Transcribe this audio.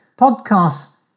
Podcasts